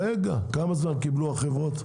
רגע, כמה זמן קיבלו החברות?